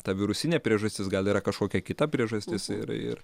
ta virusinė priežastis gal yra kažkokia kita priežastis ir ir